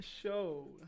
show